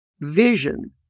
vision